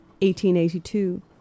1882